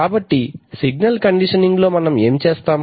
కాబట్టి సిగ్నల్ కండిషనింగ్లో మనం ఏమి చేస్తాము